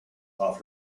off